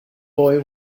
boy